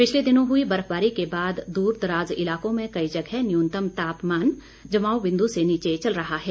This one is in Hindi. पिछले दिनों हुई बर्फबारी के बाद दूरदराज इलाकों में कई जगह न्यूनतम तापमान जमाव बिंदु से नीचे चल रहा है